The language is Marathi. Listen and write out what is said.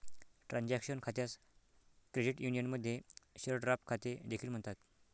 ट्रान्झॅक्शन खात्यास क्रेडिट युनियनमध्ये शेअर ड्राफ्ट खाते देखील म्हणतात